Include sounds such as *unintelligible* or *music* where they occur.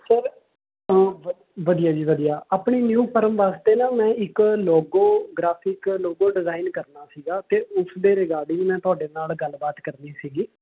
sir *unintelligible* ਵਧੀਆ ਜੀ ਵਧੀਆ ਆਪਣੀ ਨਿਊ ਫਰਮ ਵਾਸਤੇ ਨਾ ਮੈਂ ਇੱਕ ਲੋਗੋ ਗ੍ਰਾਫਿਕ ਲੋਗੋ ਡਿਜ਼ਾਈਨ ਕਰਨਾ ਸੀ ਅਤੇ ਉਸ ਦੇ ਰਿਗਾਰਡਿੰਗ ਮੈਂ ਤੁਹਾਡੇ ਨਾਲ ਗੱਲਬਾਤ ਕਰਨੀ ਸੀ